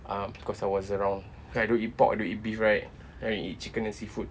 uh because I was around cause I don't eat pork or don't eat beef right then I eat chicken and seafood